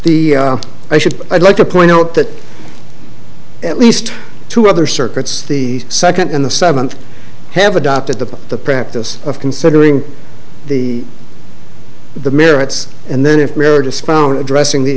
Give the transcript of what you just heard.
the i should i'd like to point out that at least two other circuits the second and the seventh have adopted the the practice of considering the the merits and then if marriage is found addressing the